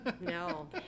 no